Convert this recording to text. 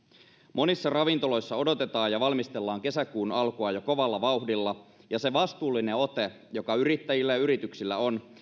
monissa ravintoloissa odotetaan ja valmistellaan kesäkuun alkua jo kovalla vauhdilla ja se vastuullinen ote joka yrittäjillä ja yrityksillä on